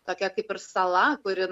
tokia kaip ir sala kuri